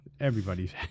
everybody's